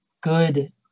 good